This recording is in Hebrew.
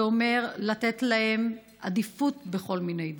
זה אומר לתת להם עדיפות בכל מיני דברים,